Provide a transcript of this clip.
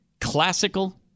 classical